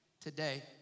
today